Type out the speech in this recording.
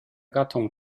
gattung